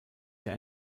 der